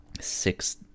six